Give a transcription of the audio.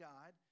God